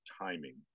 timing